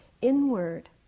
inward